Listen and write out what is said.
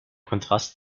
kontrast